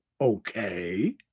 Okay